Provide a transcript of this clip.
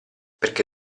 perché